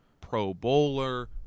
pro-bowler